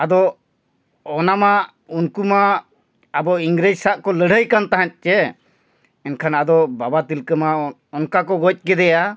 ᱟᱫᱚ ᱚᱱᱟᱢᱟ ᱩᱱᱠᱩ ᱢᱟ ᱟᱵᱚ ᱤᱝᱨᱮᱡᱽ ᱥᱟᱣ ᱠᱚ ᱞᱟᱹᱲᱦᱟᱹᱭ ᱠᱟᱱ ᱛᱟᱦᱮᱸᱫ ᱥᱮ ᱮᱱᱠᱷᱟᱱ ᱟᱫᱚ ᱵᱟᱵᱟ ᱛᱤᱞᱠᱟᱹ ᱢᱟ ᱚᱱᱠᱟ ᱠᱚ ᱜᱚᱡ ᱠᱮᱫᱮᱭᱟ